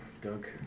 Doug